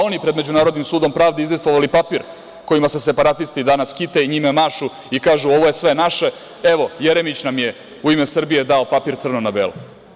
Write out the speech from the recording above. Oni pred Međunarodnim sudom pravde izdejstvovali papir kojima se separatisti danas kite i njime mašu i kažu – ovo je sve naše, evo, Jeremić nam je u ime Srbije dao papir crno na belo.